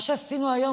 מה שעשינו היום,